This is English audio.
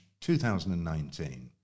2019